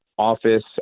office